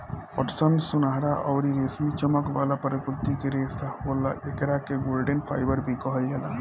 पटसन सुनहरा अउरी रेशमी चमक वाला प्राकृतिक रेशा होला, एकरा के गोल्डन फाइबर भी कहल जाला